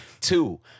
Two